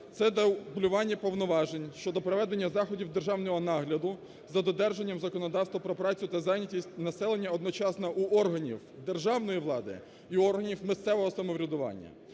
це дублювання повноважень щодо проведення заходів державного нагляду за додержанням законодавства про працю та зайнятість населення одночасно у органів державної влади і органів місцевого самоврядування.